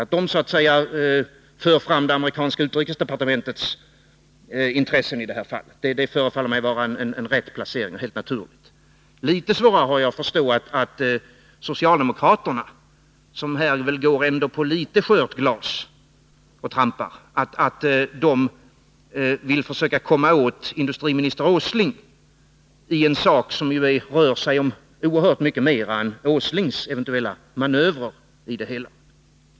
Att de för fram det amerikanska utrikesdepartementets intressen i det här fallet förefaller mig vara en rätt naturlig placering. Litet svårare har jag att förstå att socialdemokraterna, som trampar på litet skört glas, vill försöka komma åt industriminister Åsling i en sak som rör sig om oerhört mycket mer än Nils Åslings eventuella manöver.